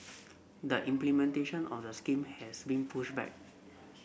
the implementation of the scheme has been pushed back